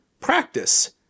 practice